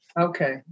Okay